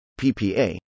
PPA